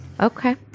Okay